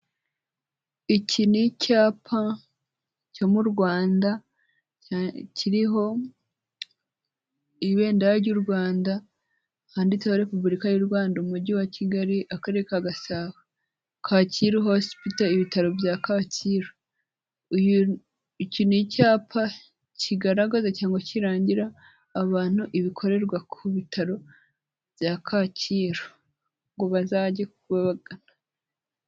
Icyinicyapa cyomurwanda cyiriho ibendera ry'urwanda handitse repuburika yurwanda umugiwakigali akarere kagasabi kacyiru hospital ibitaro byakacyiru icyi nicyapa cyigaragaza cyangwa cyirangira abantu ibikorerwa kubitara byakacyiru ngo bazajye babagana